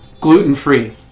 gluten-free